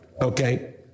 Okay